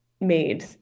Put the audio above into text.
made